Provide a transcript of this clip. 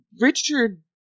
Richard